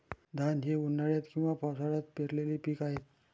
धान हे उन्हाळ्यात किंवा पावसाळ्यात पेरलेले पीक आहे